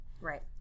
Right